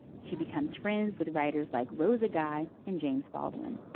she becomes friends with writers like rosa guy and james baldwin